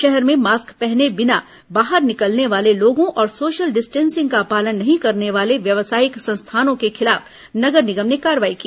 शहर में मास्क पहने बिना बाहर निकलने वाले लोगों और सोशल डिस्टेंसिंग का पालन नहीं करने वाले व्यवसायिक संस्थानों के खिलाफ नगर निगम ने कार्रवाई की